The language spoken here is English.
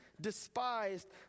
despised